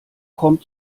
kommt